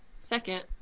Second